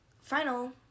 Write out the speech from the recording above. final